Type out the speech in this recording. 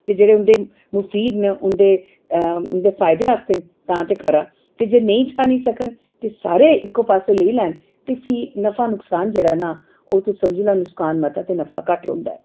ते जेह्ड़े उं'दे मफादी न उं'दे फायदे आस्तै तां ते खरा ते जे नेईं जानी सकन ते सारे इक्को पास्सै लेई लैन ते फ्ही नफा नकसान जेह्ड़ा ना ते ओह् तुस समझी लैओ उसी नसकान मता ते नफा घट्ट होंदा ऐ